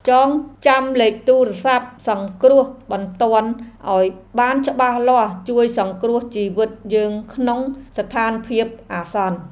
ចងចាំលេខទូរស័ព្ទសង្គ្រោះបន្ទាន់ឱ្យបានច្បាស់លាស់ជួយសង្គ្រោះជីវិតយើងក្នុងស្ថានភាពអាសន្ន។